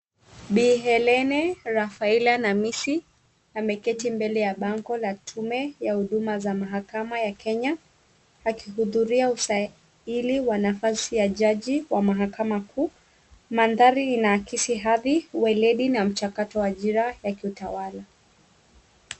Bi Hellene Rafaela Namisi, ameketi mbele ya bango la tume ya huduma ya mahakama ya Kenya, akihudhuria usaili wa nafasi ya jaji wa mahakama kuu. Mandhari inaakisi hali weledi na mchakato wa ajira ya kiutawala.